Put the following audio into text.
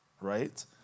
right